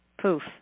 poof